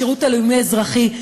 בשירות הלאומי-אזרחי.